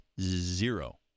zero